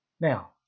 Now